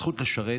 הזכות לשרת,